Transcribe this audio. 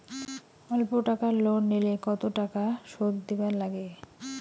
অল্প টাকা লোন নিলে কতো টাকা শুধ দিবার লাগে?